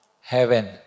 heaven